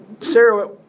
Sarah